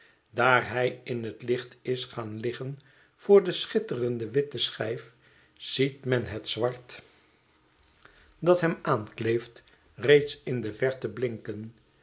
daar hij in het licht is gaan liggen voor de schitterend witte schijf ziet men het zwart dat hem aankleeft reeds in de verte blinken